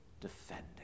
defending